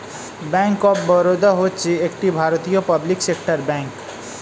bank of Baroda হচ্ছে একটি ভারতীয় পাবলিক সেক্টর ব্যাঙ্ক